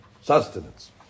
sustenance